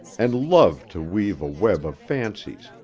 and loved to weave a web of fancies,